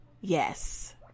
Yes